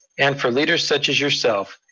and for leaders such as yourself,